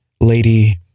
lady